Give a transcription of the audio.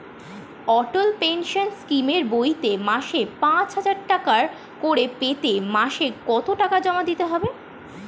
অটল pension স্কিমের বইতে মাসে পাঁচ হাজার টাকা করে পেতে মাসে কত টাকা করে জমা দিতে হবে?